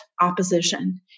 opposition